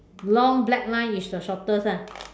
long black line is the shortest ah